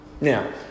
Now